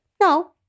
No